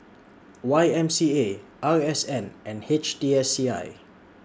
Y M C A R S N and H T S C I